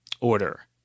order